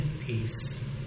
peace